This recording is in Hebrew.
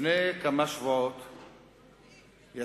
לפני כמה שבועות יצאנו,